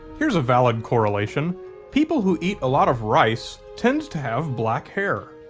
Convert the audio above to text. here's a valid correlation people who eat a lot of rice tend to to have black hair.